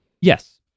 Yes